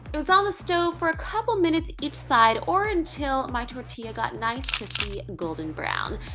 it was on the stove for a couple minutes each side or until my tortilla got nice, crispy golden brown.